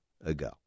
ago